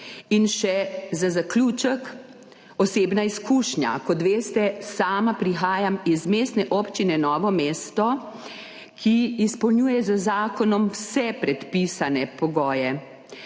In še za zaključek, osebna izkušnja. Kot veste, prihajam iz Mestne občine Novo mesto, ki izpolnjuje z zakonom vse predpisane pogoje.